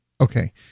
Okay